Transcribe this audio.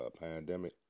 pandemic